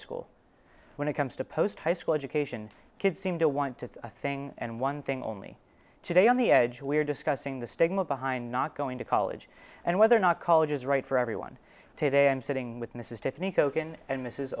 school when it comes to post high school education kids seem to want to thing and one thing only today on the edge we're discussing the stigma behind not going to college and whether or not college is right for everyone today i'm sitting with mrs tiffany kogan and mrs